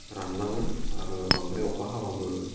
रानलाङो आरो बांद्राय अखा हाबाबो